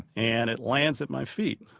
and it lands at my feet.